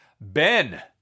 Ben